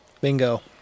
Bingo